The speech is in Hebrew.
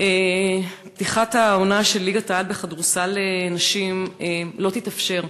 פתיחת העונה של ליגת-העל בכדורסל לנשים לא תתאפשר,